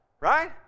Right